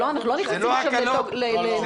אנחנו לא נכנסים עכשיו לנושא ההקלות.